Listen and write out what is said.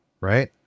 right